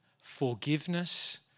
forgiveness